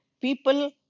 People